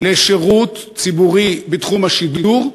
לשירות ציבורי בתחום השידור.